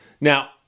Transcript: Now